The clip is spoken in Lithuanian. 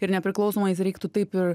ir nepriklausomais reiktų taip ir